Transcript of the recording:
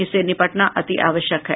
इससे निपटना अतिआवश्यक है